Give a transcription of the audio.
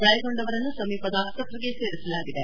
ಗಾಯಗೊಂಡವರನ್ನು ಸಮೀಪದ ಆಸ್ಪತ್ರೆಗೆ ಸೇರಿಸಲಾಗಿದೆ